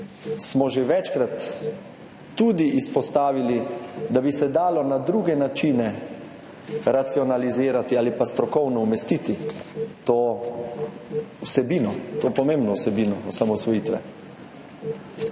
smo že večkrat tudi izpostavili, da bi se dalo na druge načine racionalizirati ali strokovno umestiti to vsebino, to pomembno vsebino osamosvojitve.